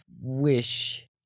wish